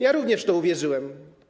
Ja również w to uwierzyłem.